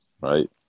Right